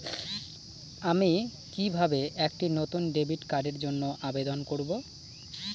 আমি কিভাবে একটি নতুন ডেবিট কার্ডের জন্য আবেদন করব?